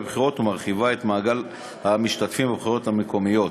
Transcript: בבחירות ומרחיבה את מעגל ההשתתפות בבחירות לרשויות המקומיות.